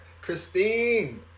Christine